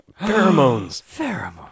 Pheromones